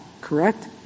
Correct